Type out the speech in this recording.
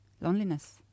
loneliness